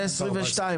זה 2022 עשו.